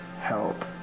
help